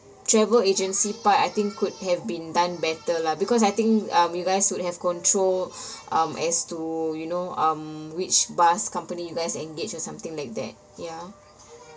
travel agency part I think could have been done better lah because I think um you guys would have control um as to you know um which bus company you guys engaged or something like that ya